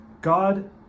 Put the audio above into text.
God